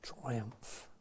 triumph